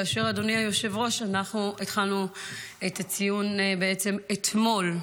אדוני היושב-ראש, התחלנו את הציון אתמול בעצם,